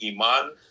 iman